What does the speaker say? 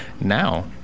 now